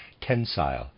tensile